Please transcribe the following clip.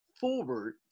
forward